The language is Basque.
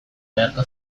beharko